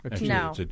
No